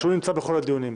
שהוא נמצא בכל הדיונים.